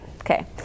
Okay